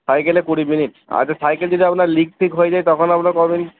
সাইকেলে কুড়ি মিনিট আচ্ছা সাইকেল যদি আপনার লিকফিক হয়ে যায় তখন আপনার ক মিনিট